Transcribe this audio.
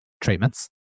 treatments